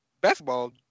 Basketball